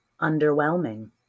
underwhelming